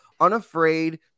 unafraid